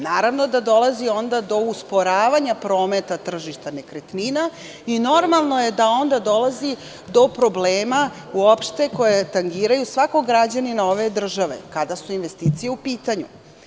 Naravno da dolazi onda do usporavanja prometa tržišta nekretnina, i normalno je da onda dolazi do problema uopšte koji tangiraju svakog građanina ove države, kada su investicije u pitanju.